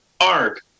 Ark